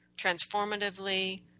transformatively